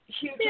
Huge